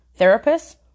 therapists